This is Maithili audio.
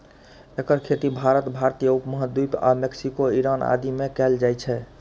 एकर खेती भारत, भारतीय उप महाद्वीप आ मैक्सिको, ईरान आदि मे कैल जाइ छै